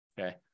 okay